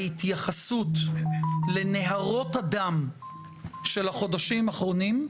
ההתייחסות לנהרות הדם של החודשים האחרונים,